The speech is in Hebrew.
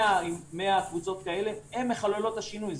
100 קבוצות כאלה, הן מחוללות את השינוי.